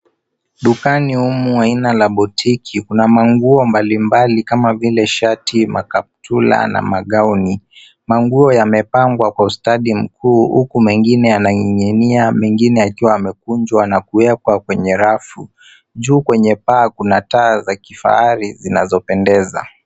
Dukani humu aina la boutique kuna manguo mbalimbali kama vile shati, makaptula na magauni. Manguo yamepangwa kwa ustadi mkuu huku mengine yananing'inia mengine yakiwa yamekunjwa na kuwekwa kwenye rafu. Juu kwenye paa kuna taa za kifahari zinazopendeza.